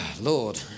Lord